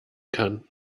kann